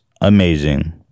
amazing